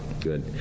Good